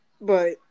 But-